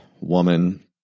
woman